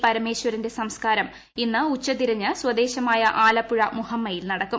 പരമേശ്വരന്റെ സംസ്ക്കാരം ഇന്ന് ഉച്ചതിരിഞ്ഞ് സ്വദേശമായ ആലപ്പുഴ മുഹമ്മയിൽ നടക്കും